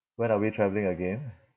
when are we travelling again